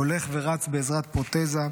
הולך ורץ בעזרת פרוטזה,